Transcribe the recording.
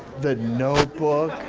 the notebook.